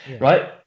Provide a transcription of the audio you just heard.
right